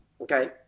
okay